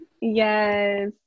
Yes